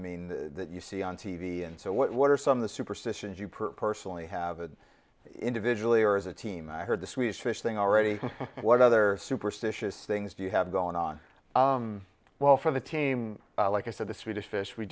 mean that you see on t v and so what are some of the superstitions you personally have a individually or as a team i heard the swedish fish thing already what other superstitious things do you have going on well for the team like i said the swedish fish we